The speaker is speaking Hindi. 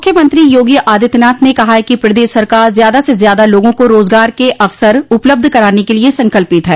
मुख्यमंत्री योगी आदित्यनाथ ने कहा है कि प्रदेश सरकार ज्यादा से ज्यादा लोगों को रोजगार के अवसर उपलब्ध कराने के लिये संकल्पित है